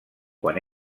quan